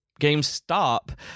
GameStop